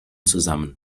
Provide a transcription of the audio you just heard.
zusammen